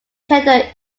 tend